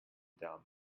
dumb